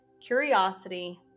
curiosity